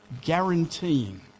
guaranteeing